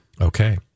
Okay